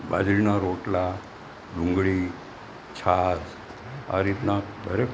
બાજરીના રોટલા ડુંગળી છાસ આ રીતના દરેક